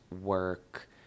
work